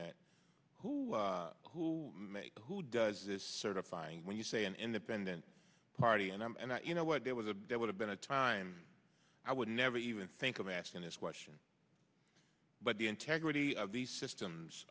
that who who make who does this certifying when you say an independent party and i'm not you know what there was a there would have been a time i would never even think of asking this question but the integrity of these systems